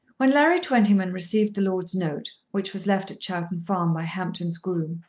when larry twentyman received the lord's note, which was left at chowton farm by hampton's groom,